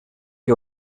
que